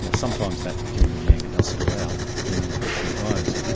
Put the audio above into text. you know sometimes that community anger does spill out in unfortunate ways.